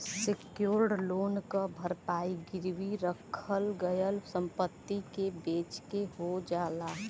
secured loan क भरपाई गिरवी रखल गयल संपत्ति के बेचके हो जाला